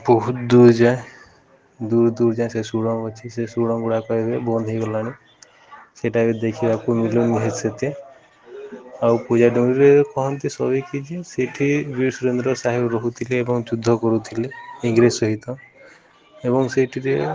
ବହୁତ ଦୂର ଯାଏଁ ଦୂର ଦୂର ଯାଏଁ ସେ ସୁଡ଼ଙ୍ଗ ଅଛି ସେ ସୁଡ଼ଙ୍ଗ ଗୁଡ଼ାକ ଏବେ ବନ୍ଦ ହେଇଗଲାଣି ସେଟା ଏବେ ଦେଖିବାକୁ ମିଳୁନି ହେତେ ଆଉ ପୂଜା ଡଙ୍ଗରେ କହନ୍ତି ସବିକି ଯେ ସେଠି ବୀର୍ ସୁରେନ୍ଦ୍ର ସାହେବ ରହୁଥିଲେ ଏବଂ ଯୁଦ୍ଧ କରୁଥିଲେ ଇଂରେଜ ସହିତ ଏବଂ ସେଇଠିରେ